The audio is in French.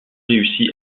réussi